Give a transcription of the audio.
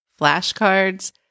Flashcards